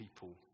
people